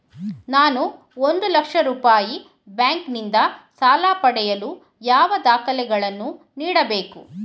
ನಾನು ಒಂದು ಲಕ್ಷ ರೂಪಾಯಿ ಬ್ಯಾಂಕಿನಿಂದ ಸಾಲ ಪಡೆಯಲು ಯಾವ ದಾಖಲೆಗಳನ್ನು ನೀಡಬೇಕು?